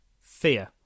Fear